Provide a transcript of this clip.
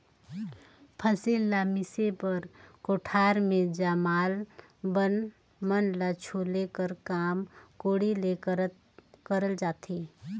फसिल ल मिसे बर कोठार मे जामल बन मन ल छोले कर काम कोड़ी ले करल जाथे